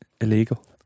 illegal